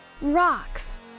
Rocks